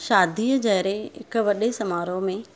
शादीअ जहिड़े हिकु वॾे समारोह में